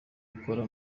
gukora